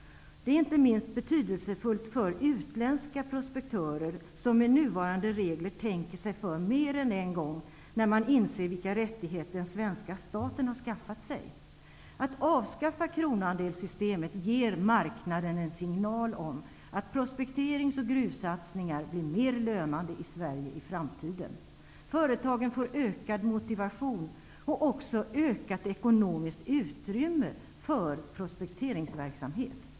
Detta är inte minst betydelsefullt för utländska prospektörer, som med nuvarande regler tänker sig för mer än en gång när de inser vilka rättigheter den svenska staten har skaffat sig. Att avskaffa kronoandelssystemet ger marknaden en signal om att prospekterings och gruvsatsningar blir mer lönande i Sverige i framtiden. Företagen får ökad motivation och också ökat ekonomiskt utrymme för prospekteringsverksamhet.